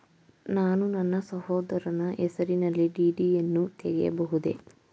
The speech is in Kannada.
ನಾನು ನನ್ನ ಸಹೋದರನ ಹೆಸರಿನಲ್ಲಿ ಡಿ.ಡಿ ಯನ್ನು ತೆಗೆಯಬಹುದೇ?